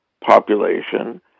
population